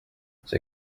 see